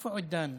איפה עידן?